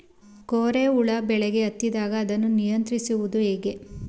ಕೋರೆ ಹುಳು ಬೆಳೆಗೆ ಹತ್ತಿದಾಗ ಅದನ್ನು ನಿಯಂತ್ರಿಸುವುದು ಹೇಗೆ?